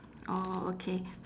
orh okay